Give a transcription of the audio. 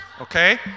Okay